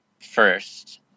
first